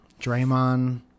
Draymond